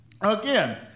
again